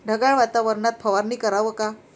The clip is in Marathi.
ढगाळ वातावरनात फवारनी कराव का?